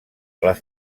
les